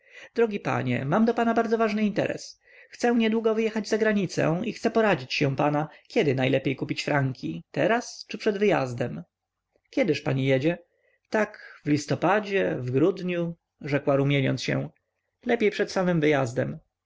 drogi panie mam do pana bardzo ważny interes chcę niedługo wyjechać za granicę i chcę poradzić się pana kiedy najlepiej kupić franki teraz czy przed wyjazdem kiedyż pani jedzie tak w listopadzie w grudniu odparła rumieniąc się lepiej przed samym wyjazdem